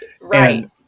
Right